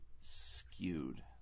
skewed